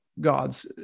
gods